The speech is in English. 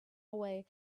away